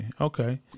okay